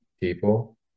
people